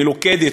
מלוכדת,